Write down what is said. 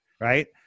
Right